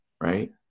right